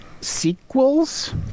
sequels